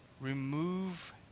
Remove